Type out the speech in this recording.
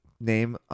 Name